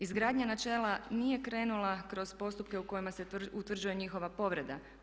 Izgradnja načela nije krenula kroz postupke u kojima se utvrđuje njihova povreda.